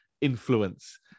influence